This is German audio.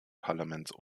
parlaments